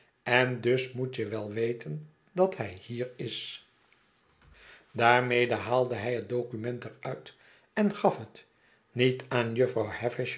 en dus moet je wel weten dat hij hier is daarmede haalde hij het document er uit en gaf het niet aan jufvrouw